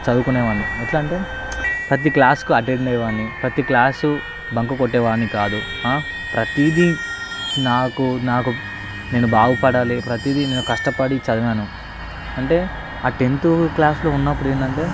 చదువుకునేవాన్ని ఎట్లా అంటే ప్రతి క్లాస్కు అటెండ్ అయ్యేవాన్ని ప్రతిక్లాసు బంకుకొట్టేవాన్ని కాదు ప్రతీదీ నాకు నాకు నేను బాగుపడాలి ప్రతీదీ నేను కష్టపడి చదివాను అంటే ఆ టెంత్ క్లాస్లో ఉన్నప్పుడు ఏందంటే